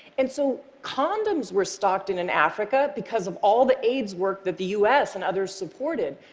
and so condoms were stocked in in africa because of all the aids work that the u s. and others supported.